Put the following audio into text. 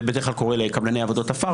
זה בדרך קורה לקבלני עבודות עפר,